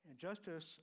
Justice